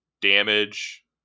damage